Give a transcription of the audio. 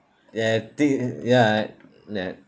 ya th~ ya I ya